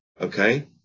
Okay